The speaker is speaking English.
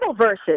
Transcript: verses